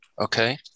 okay